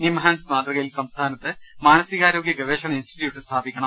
നിംഹാൻസ് മാതൃകയിൽ സംസ്ഥാനത്ത് മാനസികാരോഗ്യ ഗവേഷണ ഇൻസ്റ്റിറ്റ്യൂട്ട് സ്ഥാപിക്കണം